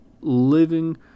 living